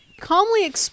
calmly